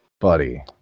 Buddy